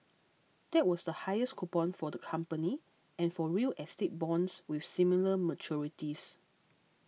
that was the highest coupon for the company and for real estate bonds with similar maturities